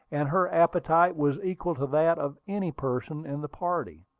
and her appetite was equal to that of any person in the party.